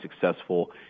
successful